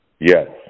Yes